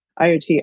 IoT